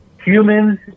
humans